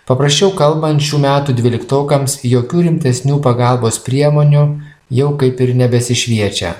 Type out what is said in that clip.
paprasčiau kalbant šių metų dvyliktokams jokių rimtesnių pagalbos priemonių jau kaip ir nebesišviečia